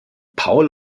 paul